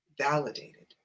validated